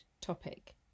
topic